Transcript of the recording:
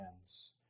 hands